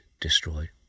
destroyed